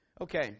okay